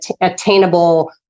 attainable